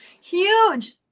huge